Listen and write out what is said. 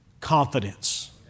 confidence